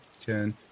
ten